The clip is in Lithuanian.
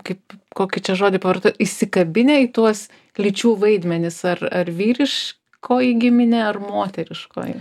kaip kokį čia žodį pavarto įsikabinę į tuos lyčių vaidmenis ar ar vyriškoji giminė ar moteriškoji